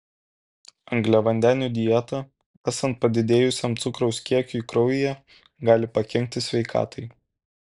angliavandenių dieta esant padidėjusiam cukraus kiekiui kraujyje gali pakenkti sveikatai